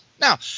Now